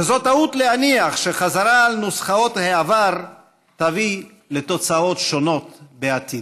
וזאת טעות להניח שחזרה על נוסחאות העבר תביא לתוצאות שונות בעתיד.